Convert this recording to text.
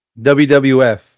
WWF